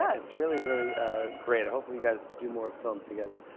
yeah it's really, really great. hopefully you guys do more films together.